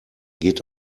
geht